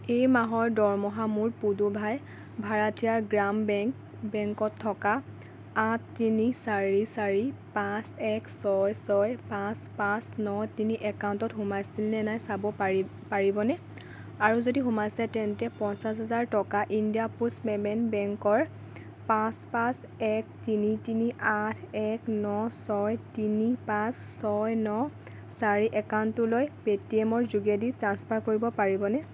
এই মাহৰ দৰমহা মোৰ পুড়ুভাই ভাৰাঠিয়াৰ গ্ৰাম বেংক বেংকত থকা আঠ তিনি চাৰি চাৰি পাঁচ এক ছয় ছয় পাঁচ পাঁচ ন তিনি একাউণ্টত সোমাইছিল নে নাই চাব পাৰিবনে আৰু যদি সোমাইছে তেন্তে পঞ্চাছ হাজাৰ টকা ইণ্ডিয়া পোষ্ট পে'মেণ্ট বেংকৰ পাঁচ পাঁচ এক তিনি তিনি আঠ এক ন ছয় তিনি পাঁচ ছয় ন চাৰি একাউণ্টটোলৈ পে'টিএমৰ যোগেদি ট্ৰাঞ্চফাৰ কৰিব পাৰিবনে